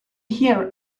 here